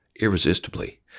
irresistibly